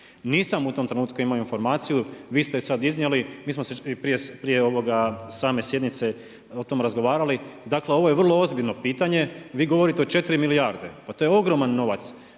Nisam u tom trenutku imamo informaciju vi ste je sada iznijeli, mi smo se prije same sjednice o tome razgovarali, dakle ovo je vrlo ozbiljno pitanje vi govorite o 4 milijarde, pa to je ogroman novac.